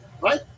right